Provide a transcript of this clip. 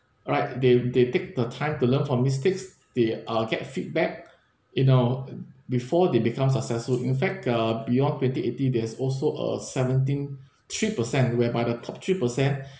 alright they they take the time to learn from mistakes they uh get feedback you know before they become successful in fact uh beyond twenty eighty there's also a seventeen three percent whereby the top three per cent